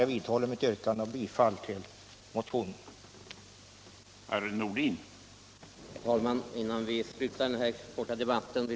Jag vidhåller mitt yrkande om bifall till motionen. samhet 55 Arbetsdemokrati inom sjukvården